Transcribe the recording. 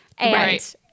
right